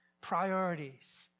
priorities